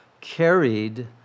carried